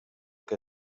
que